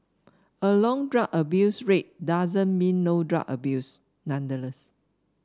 a long drug abuse rate doesn't mean no drug abuse nonetheless